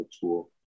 tool